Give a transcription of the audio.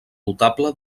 notable